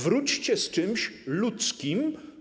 Wróćcie z czymś ludzkim.